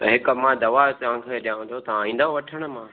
ऐं हिक मां दवा तव्हां खे ॾियांवतो तव्हां ईंदव वठण मूं वटि